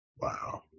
Wow